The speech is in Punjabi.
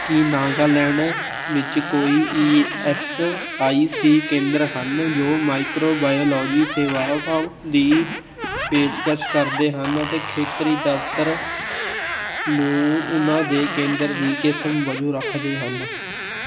ਕੀ ਨਾਗਾਲੈਂਡ ਵਿੱਚ ਕੋਈ ਈ ਐੱਸ ਆਈ ਸੀ ਕੇਂਦਰ ਹਨ ਜੋ ਮਾਈਕਰੋਬਾਇਓਲੋਜੀ ਸੇਵਾਵਾਂ ਦੀ ਪੇਸ਼ਕਸ਼ ਕਰਦੇ ਹਨ ਅਤੇ ਖੇਤਰੀ ਦਫ਼ਤਰ ਨੂੰ ਉਨ੍ਹਾਂ ਦੇ ਕੇਂਦਰ ਦੀ ਕਿਸਮ ਵਜੋਂ ਰੱਖਦੇ ਹਨ